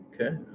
okay